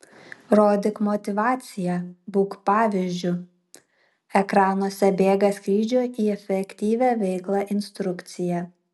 rodyk motyvaciją būk pavyzdžiu ekranuose bėga skrydžio į efektyvią veiklą instrukcija